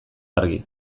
argi